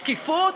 שקיפות?